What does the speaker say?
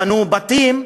בנו בתים,